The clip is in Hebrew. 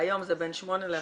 והיום זה בין 8 ל-11.